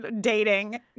dating